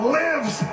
lives